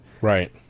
Right